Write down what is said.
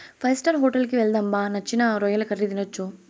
five star hotel కి వెళ్దాం బా నచ్చిన రొయ్యల కర్రీ తినొచ్చు